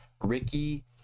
ricky